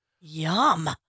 yum